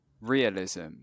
realism